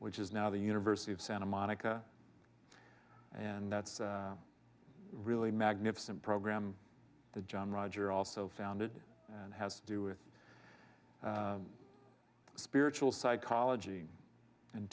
which is now the university of santa monica and that's really magnificent program the john roger also founded and has to do with spiritual psychology and